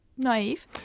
Naive